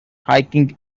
hiking